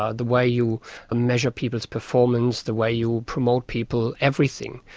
ah the way you ah measure people's performance, the way you promote people, everything.